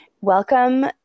welcome